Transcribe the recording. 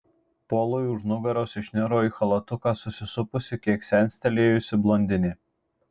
polui už nugaros išniro į chalatuką susisupusi kiek senstelėjusi blondinė